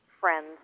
friends